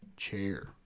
Chair